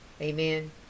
Amen